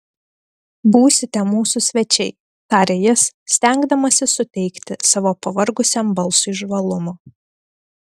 būsite mūsų svečiai tarė jis stengdamasis suteikti savo pavargusiam balsui žvalumo